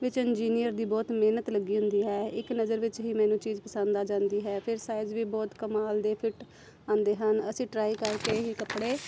ਵਿੱਚ ਇੰਜੀਨੀਅਰ ਦੀ ਬਹੁਤ ਮਿਹਨਤ ਲੱਗੀ ਹੁੰਦੀ ਹੈ ਇੱਕ ਨਜ਼ਰ ਵਿੱਚ ਹੀ ਮੈਨੂੰ ਚੀਜ਼ ਪਸੰਦ ਆ ਜਾਂਦੀ ਹੈ ਫਿਰ ਸਾਈਜ਼ ਵੀ ਬਹੁਤ ਕਮਾਲ ਦੇ ਫਿੱਟ ਆਉਂਦੇ ਹਨ ਅਸੀਂ ਟਰਾਈ ਕਰਕੇ ਹੀ ਕੱਪੜੇ